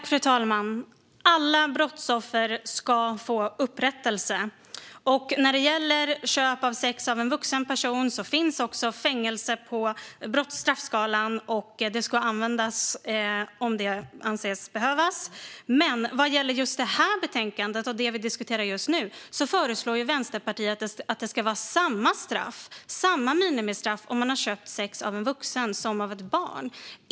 Fru talman! Alla brottsoffer ska få upprättelse. När det gäller köp av sex av en vuxen person finns fängelse på straffskalan och ska användas om det anses behövas. Men vad gäller just det här betänkandet och det vi diskuterar nu föreslår Vänsterpartiet att det ska vara samma minimistraff om man har köpt sex av en vuxen som om man har köpt sex av ett barn.